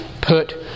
put